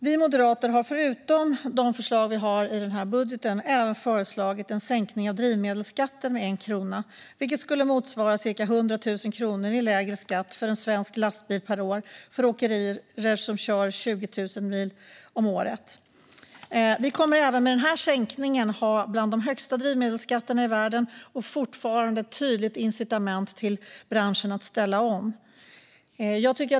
Vi moderater har förutom förslagen i vår budget föreslagit en sänkning av drivmedelsskatten med 1 krona, vilket skulle motsvara cirka 100 000 kronor i lägre skatt för en svensk lastbil per år, för åkerier som kör 20 000 mil om året. Vi kommer även med den sänkningen att ha bland de högsta drivmedelsskatterna i världen, och det är fortfarande ett tydligt incitament till branschen att ställa om.